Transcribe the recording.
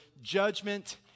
judgment